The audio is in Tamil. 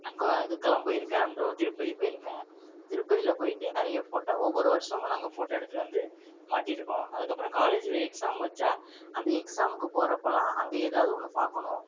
கோ இதுக்கெல்லாம் போயிருக்கேன் அந்த திருப்பதிக்கு போயிருக்கேன் திருப்பதியில் போயிட்டு நிறைய ஃபோட்டோ ஒவ்வொரு வருடமும் நாங்கள் ஃபோட்டோ எடுத்துகிட்டு வந்து மாட்டிருக்கோம் அதுக்கப்புறோம் காலேஜில் எக்ஸாம் வச்சால் அந்த எக்ஸாமுக்கு போகிறப்போல்லாம் அங்கே எதாவது ஒன்று பார்க்கணும்